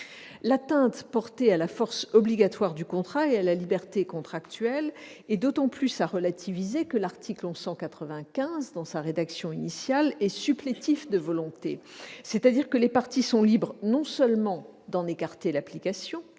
L'atteinte portée à la force obligatoire du contrat et à la liberté contractuelle est d'autant plus à relativiser que l'article 1195, dans sa rédaction initialement proposée par l'ordonnance, est supplétif de volonté, c'est-à-dire que les parties sont libres, non seulement d'en écarter l'application,